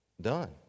done